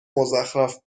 مزخرف